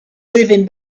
moving